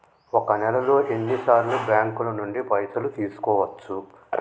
ఒక నెలలో ఎన్ని సార్లు బ్యాంకుల నుండి పైసలు తీసుకోవచ్చు?